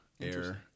air